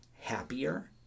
happier